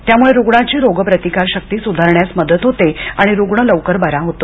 त्यामुळे रुग्णांची रोग प्रतिकारशक्ती सुधारण्यास मदत होते आणि रुग्ण लवकर बरा होतो